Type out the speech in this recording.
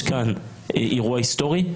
יש כאן אירוע היסטורי.